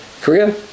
Korea